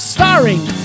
Starring